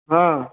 हँ